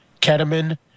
ketamine